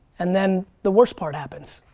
and then the worst part happens,